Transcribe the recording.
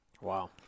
Wow